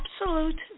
absolute